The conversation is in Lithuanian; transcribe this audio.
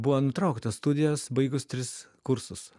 buvo nutrauktos studijas baigusi tris kursus